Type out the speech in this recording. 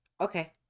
Okay